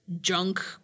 junk